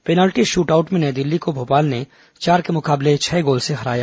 penalty shootout में नई दिल्ली को भोपाल ने चार के मुकाबले छह गोल से हराया